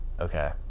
Okay